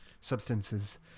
Substances